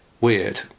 weird